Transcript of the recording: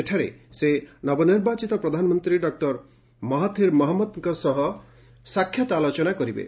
ସେଠାରେ ସେ ନବନର୍ବାଚିତ ପ୍ରଧାନମନ୍ତ୍ରୀ ଡକୁର ମହାଥୀର ମହଞ୍ମଦଙ୍କ ସହ ସାକ୍ଷାତ ଆଲୋଚନା କରିବେ